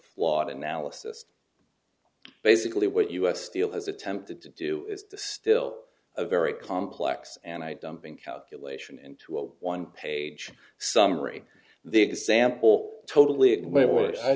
flawed analysis basically what us steel has attempted to do is still a very complex and i dumping calculation into a one page summary the example totally